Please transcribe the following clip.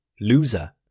Loser